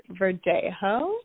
Verdejo